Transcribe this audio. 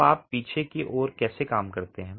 अब आप पीछे की ओर कैसे काम करते हैं